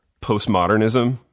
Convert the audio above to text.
postmodernism